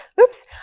Oops